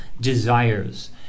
desires